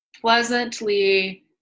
pleasantly